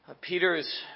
Peter's